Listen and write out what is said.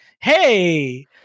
Hey